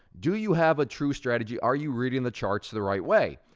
do you have a true strategy? are you reading the charts the right way?